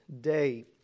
day